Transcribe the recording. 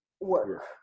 work